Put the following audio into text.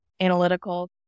analytical